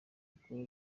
ikora